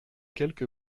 quelque